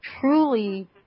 truly